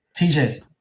tj